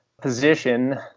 position